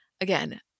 again